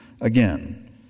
again